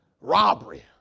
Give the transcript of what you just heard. robbery